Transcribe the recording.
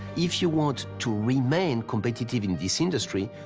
if you want to remain competitive in this industry,